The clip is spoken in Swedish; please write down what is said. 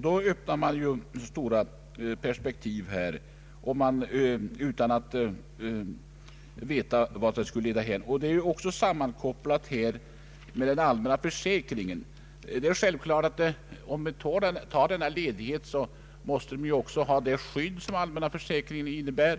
Det är alltså stora perspektiv som skulle öppnas, och man vet inte vart det hela skulle leda. Den allmänna försäkringen kommer också in i sammanhanget. Under en sådan ledighet som föreslås här måste man givetvis ha det skydd som den allmänna försäkringen innebär,